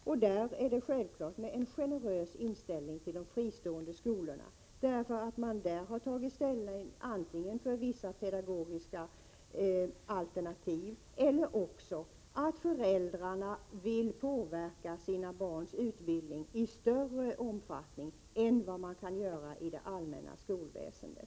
Då är det också självklart med en generös inställning till de fristående skolorna, antingen därför att man där har tagit ställning för vissa pedagogiska alternativ eller därför att föräldrarna vill påverka sina barns utbildning i större omfattning än vad de kan göra i det allmänna skolväsendet.